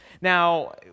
now